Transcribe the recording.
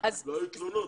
לא היו תלונות.